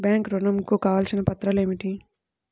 Bank ఋణం కు కావలసిన పత్రాలు ఏమిటి?